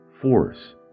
force